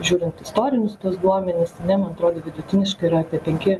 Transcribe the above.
žiūrint istorinius tuos duomenis ar ne man atrodo vidutiniškai yra apie penki